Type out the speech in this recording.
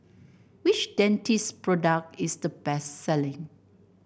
which Dentiste product is the best selling